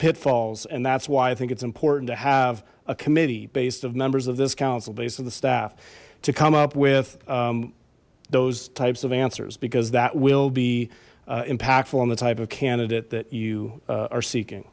pitfalls and that's why i think it's important to have a committee based of members of this council based of the staff to come up with those types of answers because that will be impactful on the type of candidate that you are seeking